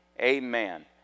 amen